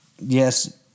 Yes